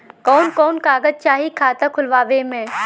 कवन कवन कागज चाही खाता खोलवावे मै?